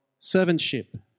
servantship